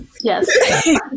Yes